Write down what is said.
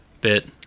bit